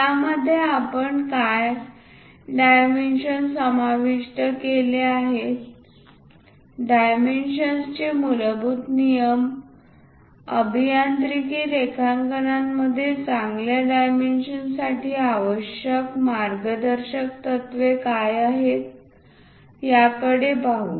यामध्ये आपण काय डायमेन्शन्स समाविष्ट केले आहे डायमेन्शन्स चे मूलभूत नियम अभियांत्रिकी रेखांकनांमध्ये चांगल्या डायमेन्शन्ससाठी आवश्यक मार्गदर्शक तत्त्वे काय आहेत याकडे पाहू